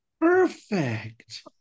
Perfect